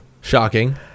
Shocking